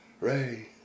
Ray